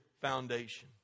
foundation